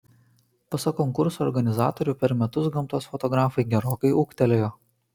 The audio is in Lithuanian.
pasak konkurso organizatorių per metus gamtos fotografai gerokai ūgtelėjo